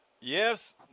Yes